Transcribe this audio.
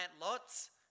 lots